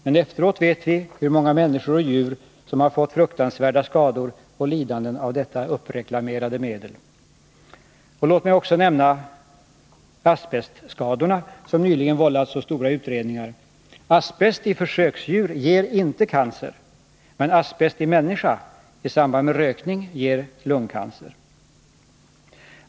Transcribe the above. Men efteråt vet vi hur många människor och djur som har fått fruktansvärda skador och lidanden av detta uppreklamerade medel. Låt mig också nämna asbestskadorna, som nyligen vållat så stora utredningar. Asbest i försöksdjur ger inte cancer. Men asbest i människa — i samband med rökning — ger lungcancer.